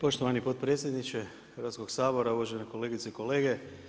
Poštovani potpredsjedniče Hrvatskog sabora, uvažene kolegice i kolege.